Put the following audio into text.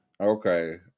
Okay